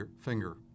finger